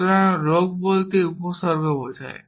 সুতরাং রোগ বলতে উপসর্গ বোঝায়